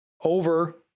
over